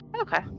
Okay